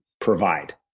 provide